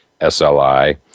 SLI